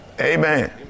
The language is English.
amen